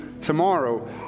tomorrow